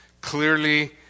Clearly